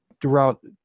throughout